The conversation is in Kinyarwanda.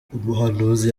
umuhanuzi